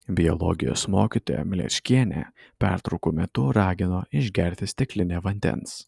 biologijos mokytoja mlečkienė pertraukų metu ragino išgerti stiklinę vandens